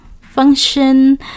function